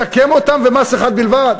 מסכם אותם במס אחד בלבד.